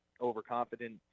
overconfident